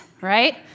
Right